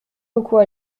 beaucoup